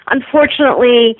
Unfortunately